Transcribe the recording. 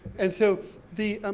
and so the,